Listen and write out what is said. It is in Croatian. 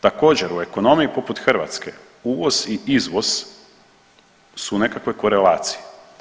Također u ekonomiji poput Hrvatske uvoz i izvoz su u nekakvoj korelaciji.